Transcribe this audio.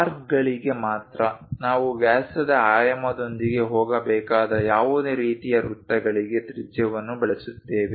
ಆರ್ಕ್ಗಳಿಗೆ ಮಾತ್ರ ನಾವು ವ್ಯಾಸದ ಆಯಾಮದೊಂದಿಗೆ ಹೋಗಬೇಕಾದ ಯಾವುದೇ ರೀತಿಯ ವೃತ್ತಗಳಿಗೆ ತ್ರಿಜ್ಯವನ್ನು ಬಳಸುತ್ತೇವೆ